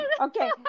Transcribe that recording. Okay